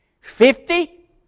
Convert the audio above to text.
Fifty